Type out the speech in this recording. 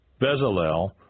Bezalel